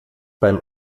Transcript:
beim